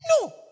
No